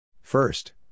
First